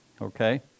okay